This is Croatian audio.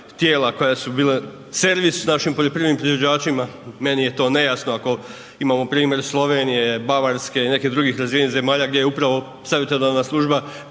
tijela koja su bila servis našim poljoprivrednim proizvođačima, meni je to nejasno, ako imamo primjer Slovenije, Bavarske i nekih drugih razvijenih zemalja gdje je upravo savjetodavna služba